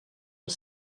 els